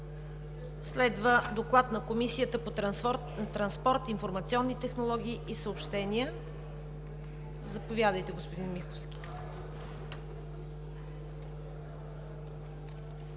Следва доклад на Комисията по транспорт, информационни технологии и съобщения. Заповядайте господин Миховски.